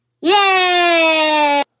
Yay